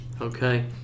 Okay